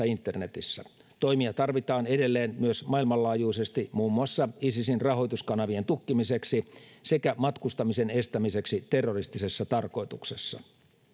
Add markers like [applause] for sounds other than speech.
[unintelligible] internetissä toimia tarvitaan edelleen myös maailmanlaajuisesti muun muassa isisin rahoituskanavien tukkimiseksi sekä matkustamisen estämiseksi terroristisessa tarkoituksessa